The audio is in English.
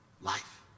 Life